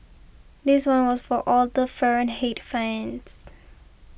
this one was for all the Fahrenheit fans